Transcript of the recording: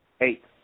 eight